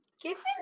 Given